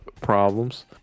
problems